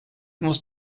musst